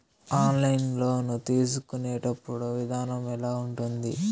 online loan తీసుకునేటప్పుడు విధానం ఎలా ఉంటుంది